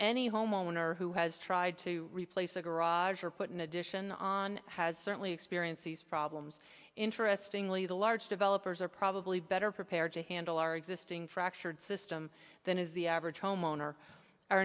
any homeowner who has tried to replace a garage or put an addition on has certainly experienced these problems interestingly the large developers are probably better prepared to handle our existing fractured system than is the average homeowner our